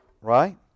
right